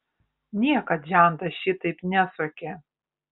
niekad žentas šitaip nesuokė